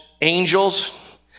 angels